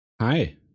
Hi